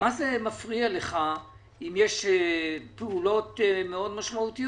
מה זה מפריע לך אם פעולות משמעותיות